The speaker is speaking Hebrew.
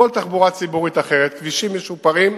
כל תחבורה ציבורית אחרת, כבישים משופרים,